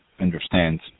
understands